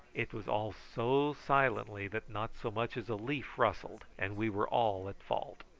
it was all so silently that not so much as a leaf rustled, and we were all at fault.